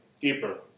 deeper